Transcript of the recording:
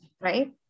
Right